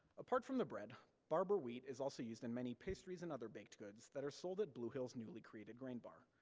apart from the bread, barber wheat is also used in many pastries and other baked goods that are sold at blue hill's newly-created grain bar,